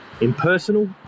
impersonal